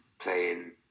playing